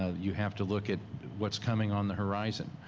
ah you have to look at what's coming on the horizon.